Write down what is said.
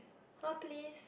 !huh! please